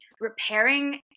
repairing